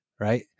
Right